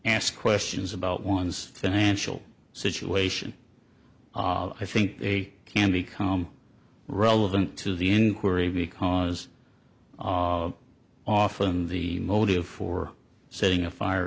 sk questions about one's financial situation i think they can become relevant to the inquiry because of often the motive for setting a fire